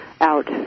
out